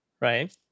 right